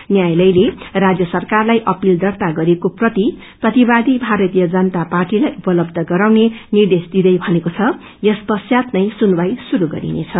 न्यायालयले राज्य सरकारलाई अपील दार्ता गरिएको प्रति प्रतिवादी भारतीयय जनता पार्टीलाई उपलबय गराउने निर्देश दिँदै भनेको छ यस पश्चात नै सुनवाई शुरू गरिनेछ